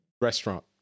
restaurant